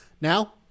Now